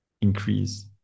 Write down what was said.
increase